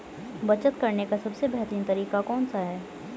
बचत करने का सबसे बेहतरीन तरीका कौन सा है?